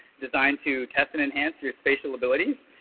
designed to test and enhance your spatial abilities.